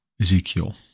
Ezekiel